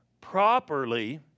properly